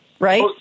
Right